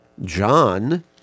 John